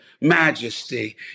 majesty